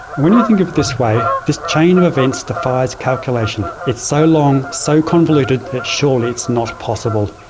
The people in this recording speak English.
when you think of it this way, this chain of events defies calculation. it's so long, so convoluted, that surely it's not possible,